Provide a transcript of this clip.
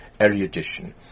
erudition